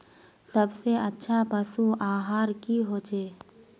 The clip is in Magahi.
सबसे अच्छा पशु आहार की होचए?